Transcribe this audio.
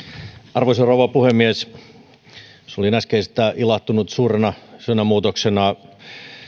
arvoisa rouva puhemies jos olin äskeisestä ilahtunut suurena suunnanmuutoksena